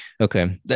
Okay